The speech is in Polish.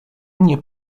nie